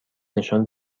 نشان